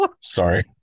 Sorry